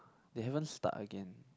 they haven't start again